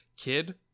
Kid